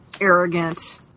arrogant